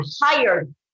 hired